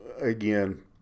Again